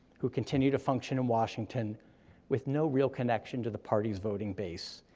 who continue to function in washington with no real connection to the party's voting base,